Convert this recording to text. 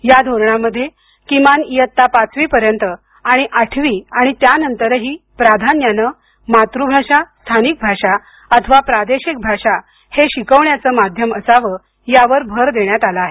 या धोरणामध्ये किमान ञेत्ता पाचवी पर्यंत आणि आठवी आणि त्यानंतरही प्राधान्याने मातृभाषा स्थानिक भाषा अथवा प्रादेशिक भाषा हे शिकवण्याचे माध्यम असावं यावर भर देण्यात आला आहे